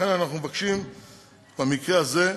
לכן, אנחנו מבקשים במקרה הזה,